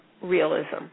realism